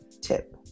tip